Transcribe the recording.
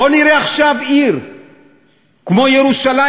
בוא נראה עכשיו עיר כמו ירושלים,